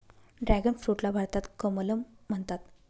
dragon फ्रूटला भारतात कमलम म्हणतात